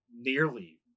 nearly